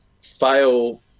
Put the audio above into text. fail